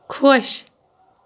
خۄش